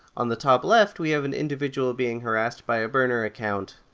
on the top left we have an individual being harassed by a burner account.